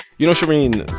you know, shereen,